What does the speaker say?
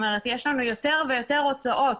יש לנו יותר ויותר הוצאות,